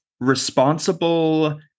responsible